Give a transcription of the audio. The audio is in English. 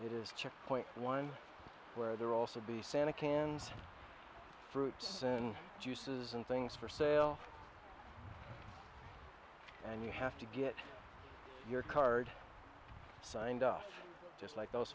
it is checkpoint one where there are also be santa canned fruits and juices and things for sale and you have to get your card signed off just like those